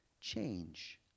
change